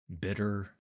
Bitter